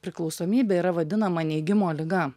priklausomybė yra vadinama neigimo liga